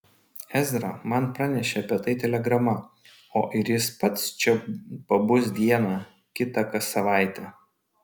ezra man pranešė apie tai telegrama o ir jis pats čia pabus dieną kitą kas savaitę